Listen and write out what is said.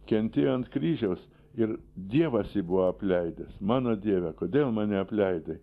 kentėjo ant kryžiaus ir dievas jį buvo apleidęs mano dieve kodėl mane apleidai